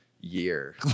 year